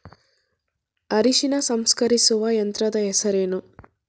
ಅರಿಶಿನ ಸಂಸ್ಕರಿಸುವ ಯಂತ್ರದ ಹೆಸರೇನು?